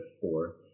four